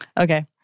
Okay